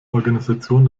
organisation